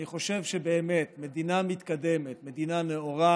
אני באמת חושב שמדינה מתקדמת, מדינה נאורה,